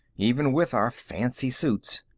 even with our fancy suits.